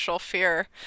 Fear